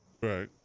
Right